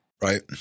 Right